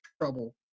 trouble